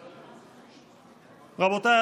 רבותיי,